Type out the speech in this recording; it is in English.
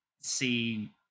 see